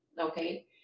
okay